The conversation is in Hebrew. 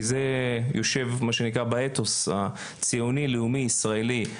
כי זה יושב מה שנקרא באתוס הציוני ישראלי.